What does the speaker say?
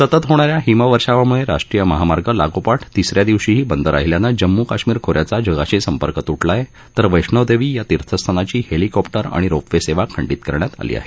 सतत होणाऱ्या हिमवर्षावामुळे राष्ट्रीय महामार्ग लागोपाठ तिसऱ्या दिवशी ही बंद राहिल्याने जम्म् काश्मीर खोऱ्याचा जगाशी संपर्क त्टला आहे तर वैष्णोदेवी या तीर्थस्थानाची हेलिकॉप्टर आणि रोपवे सेवा खंडित करण्यात आली आहे